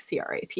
CRAP